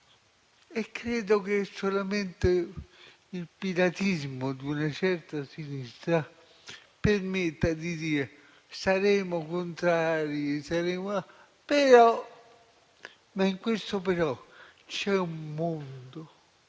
Credo che solamente il piratismo di una certa sinistra permetta di dire: saremo contrari, però. Tuttavia in quel «però» c'è un mondo,